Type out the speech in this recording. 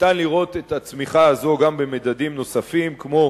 ניתן לראות את הצמיחה הזו גם במדדים נוספים, כמו